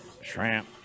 Shrimp